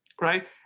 Right